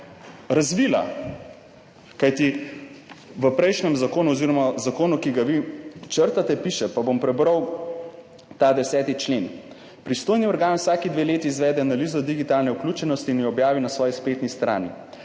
razvila. Kajti v prejšnjem zakonu oziroma o zakonu, ki ga vi črtate, piše, pa bom prebral ta 10. člen: »(1) Pristojni organ vsaki dve leti izvede analizo digitalne vključenosti in jo objavi na svoji spletni strani.